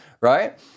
right